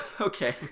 okay